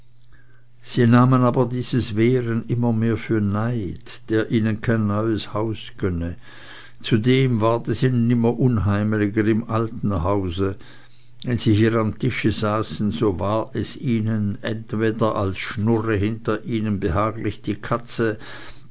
sie nahmen aber dieses wehren immer mehr für neid der ihnen kein neues haus gönne zudem ward es ihnen immer unheimeliger im alten hause wenn sie hier am tische saßen so war es ihnen entweder als schnurre hinter ihnen behaglich die katze